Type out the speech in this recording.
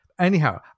Anyhow